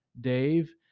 dave